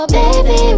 baby